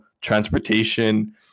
transportation